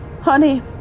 Honey